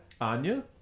Anya